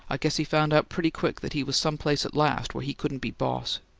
i guess he found out pretty quick that he was some place at last where he couldn't be boss.